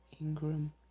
Ingram